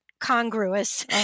congruous